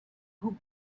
who